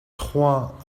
trois